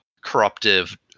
corruptive